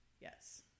Yes